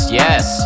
yes